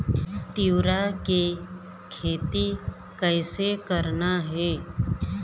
तिऊरा के खेती कइसे करना हे?